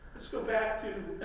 let's go back to